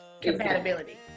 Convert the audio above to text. compatibility